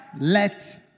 Let